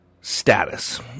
status